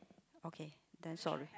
okay then sorry